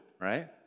right